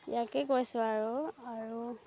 ইয়াকেই কৈছোঁ আৰু আৰু